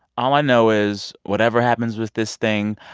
all i know is whatever happens with this thing,